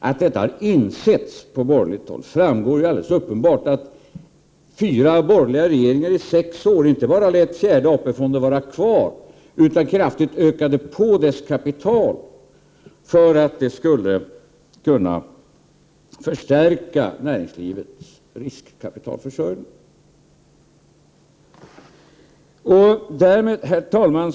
Att detta har insetts på borgerligt håll framgår alldeles uppenbart av att fyra borgerliga regeringar under sex år inte bara lät fjärde AP-fonden vara kvar utan kraftigt ökade på dess kapital för att det skulle kunna förstärka näringslivets riskkapitalförsörjning. Herr talman!